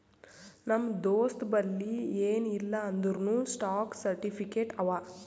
ನಮ್ ದೋಸ್ತಬಲ್ಲಿ ಎನ್ ಇಲ್ಲ ಅಂದೂರ್ನೂ ಸ್ಟಾಕ್ ಸರ್ಟಿಫಿಕೇಟ್ ಅವಾ